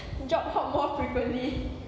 job hop more frequently